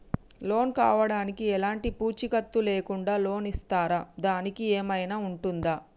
Loan కావడానికి ఎలాంటి పూచీకత్తు లేకుండా లోన్ ఇస్తారా దానికి ఏమైనా ఉంటుందా?